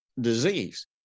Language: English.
disease